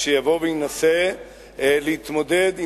שיבוא וינסה להתמודד עם כך,